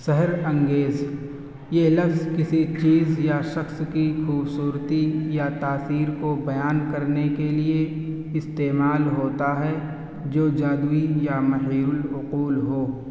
سحرانگیز یہ لفظ کسی چیز یا شخص کی خوبصورتی یا تاثیر کو بیان کرنے کے لیے استعمال ہوتا ہے جو جادوئی یا محری العقول ہو